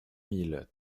mille